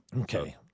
Okay